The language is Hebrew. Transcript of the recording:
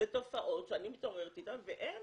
אלה תופעות שאני מתעוררת איתן והם,